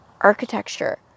architecture